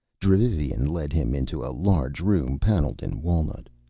dravivian led him into a large room paneled in walnut.